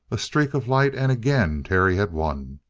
a streak of light, and again terry had won.